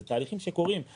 אלה תהליכים שקורים.